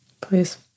Please